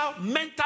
mental